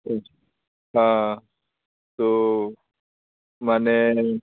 अच्छा अच्छा हाँ तो माने